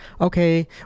okay